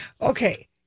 Okay